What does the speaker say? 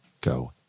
go